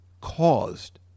caused